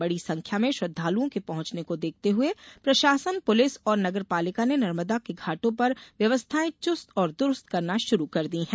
बडी संख्या में श्रद्वालुओं के पहुंचने को देखते हुए प्रशासनपुलिस और नगरपालिका ने नर्मदा के घाटों पर व्यवस्थाएं चुस्त और दुरूस्त करना शुरू कर दिया है